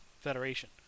Federation